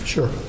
Sure